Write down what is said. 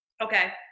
Okay